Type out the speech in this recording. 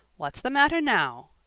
what's the matter now?